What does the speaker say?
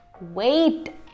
wait